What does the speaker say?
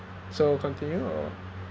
so continue or